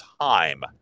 time